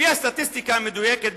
לפי הסטטיסטיקה המדויקת,